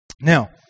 Now